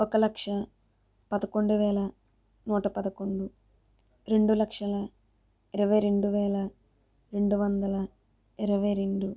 ఒక లక్ష పదకొండు వేల నూట పదకొండు రెండు లక్షల ఇరవై రెండు వేల రెండు వందల ఇరవై రెండు